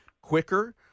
quicker